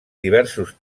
diversos